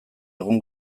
egun